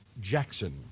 Jackson